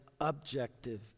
objective